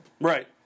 Right